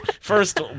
first